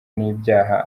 n’ibyaha